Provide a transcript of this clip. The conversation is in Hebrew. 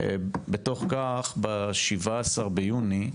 בתוך כך, ב-17 ביוני,